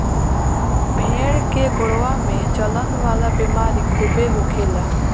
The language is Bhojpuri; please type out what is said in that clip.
भेड़ के गोड़वा में जलन वाला बेमारी खूबे होखेला